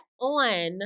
on